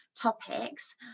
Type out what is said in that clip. topics